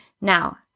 Now